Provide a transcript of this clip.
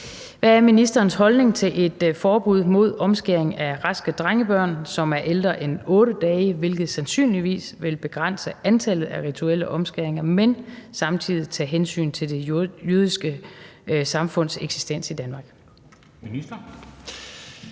Hvad er ministerens holdning til et forbud mod omskæring af raske drengebørn, som er ældre end 8 dage, hvilket sandsynligvis vil begrænse antallet af rituelle omskæringer, men samtidig tage hensyn til det jødiske samfunds eksistens i Danmark?